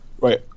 Right